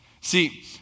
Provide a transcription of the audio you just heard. See